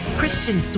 Christian